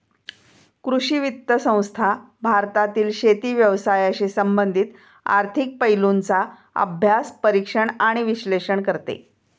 कृषी वित्त संस्था भारतातील शेती व्यवसायाशी संबंधित आर्थिक पैलूंचा अभ्यास, परीक्षण आणि विश्लेषण करते